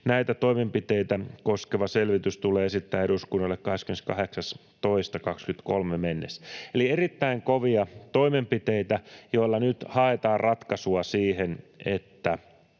Näitä toimenpiteitä koskeva selvitys tulee esittää eduskunnalle 28.2.2023 mennessä.” Eli erittäin kovia toimenpiteitä, joilla nyt haetaan ratkaisua siihen, että